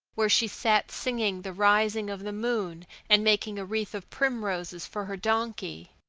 where she sat singing the rising of the moon and making a wreath of primroses for her donkey.